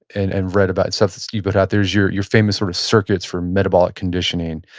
and and read about so that you put out there is your your famous sort of circuits for metabolic conditioning,